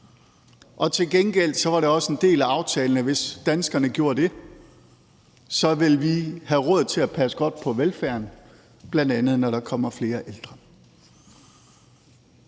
og til gengæld var det også en del af aftalen, at hvis danskerne gjorde det, ville vi have råd til at passe godt på velfærden, bl.a. når der kommer flere ældre.